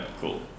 cool